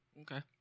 Okay